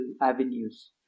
avenues